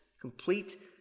complete